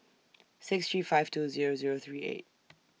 six three five two Zero Zero three eight